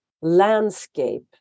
landscape